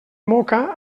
moca